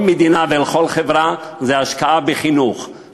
לכל מדינה ולכל חברה היא ההשקעה בחינוך, תודה.